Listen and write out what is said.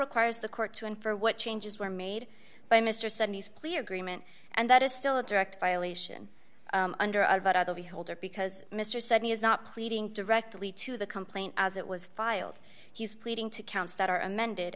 requires the court to and for what changes were made by mr sunny's clear agreement and that is still a direct violation under a holder because mr seventy is not pleading directly to the complaint as it was filed he is pleading to counts that are amended